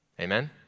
amen